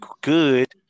good